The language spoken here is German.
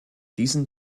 diesen